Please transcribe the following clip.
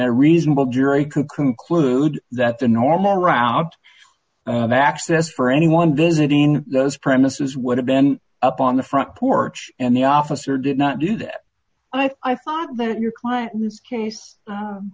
a reasonable jury could conclude that the normal route of access for anyone visiting those premises would have been up on the front porch and the officer did not do that i thought that your client in this case